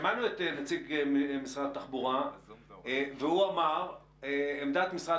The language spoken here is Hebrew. שמענו את נציג משרד התחבורה והוא אמר שעמדת משרד